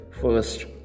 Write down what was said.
first